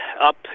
up